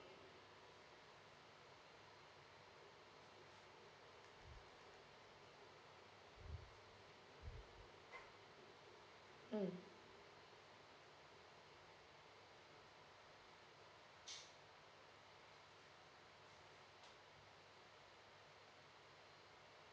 mm